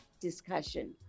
discussion